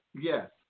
yes